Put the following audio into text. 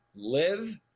live